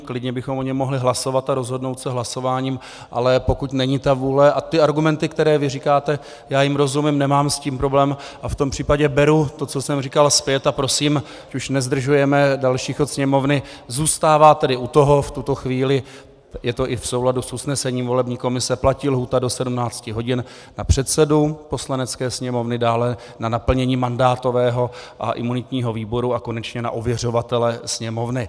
Klidně bychom o něm mohli hlasovat a rozhodnout se hlasováním, ale pokud není ta vůle a ty argumenty, které vy říkáte, já jim rozumím, nemám s tím problém a v tom případě beru to, co jsem říkal, zpět a prosím, ať už nezdržujeme další chod Sněmovny, zůstává tedy u toho v tuto chvíli je to i v souladu s usnesením volební komise platí lhůta do 17 hodin na předsedu Poslanecké sněmovny, dále na naplnění mandátového a imunitního výboru a konečně na ověřovatele Sněmovny.